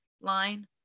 line